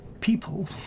people